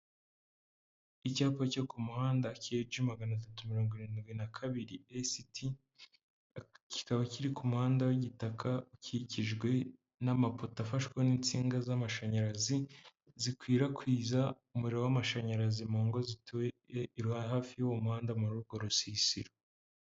Icyapa cyo ku muhanda KH magana atatu mirongo irindwi na kabiri ST, kikaba kiri ku muhanda w'igitaka ukikijwe n'amapoto afashwe n'insinga z'amashanyarazi zikwirakwiza umuriro w'amashanyarazi mu ngo zituye hafi y'uwo muhanda muri urwowo rusisiro.